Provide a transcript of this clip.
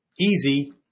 easy